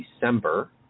December